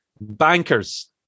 bankers